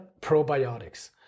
probiotics